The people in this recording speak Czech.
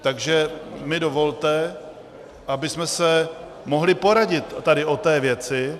Takže mi dovolte, abychom se mohli poradit tady o té věci.